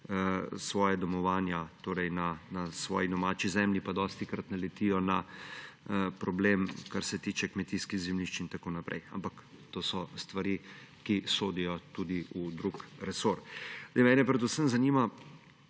svoja domovanja na svoji domači zemlji, pa dostikrat naletijo na problem, kar se tiče kmetijskih zemljišč in tako naprej. Ampak to so stvari, ki sodijo tudi v drug resor. Mene predvsem zanima: